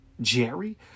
Jerry